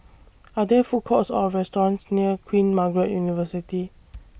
Are There Food Courts Or restaurants near Queen Margaret University